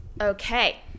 Okay